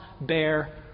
bear